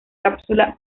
cápsula